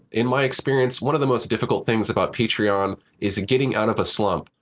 in my experience, one of the most difficult things about patreon is getting out of a slump.